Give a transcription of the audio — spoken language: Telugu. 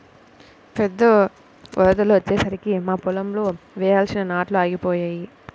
పెద్ద వరదలు వచ్చేసరికి మా పొలంలో వేయాల్సిన నాట్లు ఆగిపోయాయి